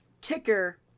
kicker